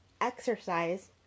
exercise